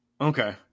Okay